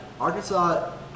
Arkansas